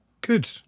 Good